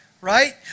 right